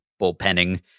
bullpenning